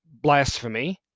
blasphemy